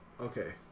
Okay